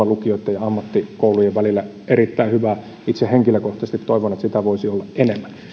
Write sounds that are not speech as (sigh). (unintelligible) lukioitten ja ammattikoulujen välillä voisi olla erittäin hyvä itse henkilökohtaisesti toivon että sitä voisi olla enemmän